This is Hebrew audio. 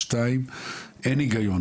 שתיים, אין הגיון